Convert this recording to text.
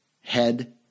head